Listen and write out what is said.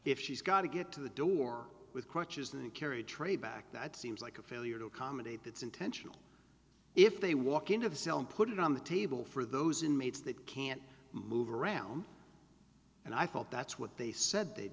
got to get to the door with crutches and carry trade back that seems like a failure to accommodate it's intentional if they walk into the cell and put it on the table for those inmates that can't move around and i thought that's what they said they'd